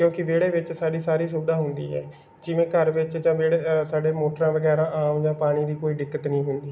ਕਿਉਂਕਿ ਵਿਹੜੇ ਵਿੱਚ ਸਾਡੀ ਸਾਰੀ ਸੁਵਿਧਾ ਹੁੰਦੀ ਹੈ ਜਿਵੇਂ ਘਰ ਵਿੱਚ ਜਾਂ ਵਿਹੜੇ ਸਾਡੇ ਮੋਟਰਾਂ ਵਗੈਰਾ ਆਮ ਜਾਂ ਪਾਣੀ ਦੀ ਕੋਈ ਦਿੱਕਤ ਨਹੀਂ ਹੁੰਦੀ